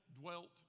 dwelt